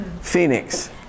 Phoenix